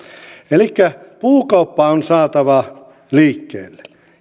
elikkä puukauppa on saatava liikkeelle